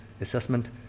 assessment